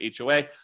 HOA